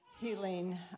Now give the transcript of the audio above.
healing